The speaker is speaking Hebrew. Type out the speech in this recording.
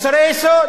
מוצרי יסוד: